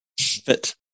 fit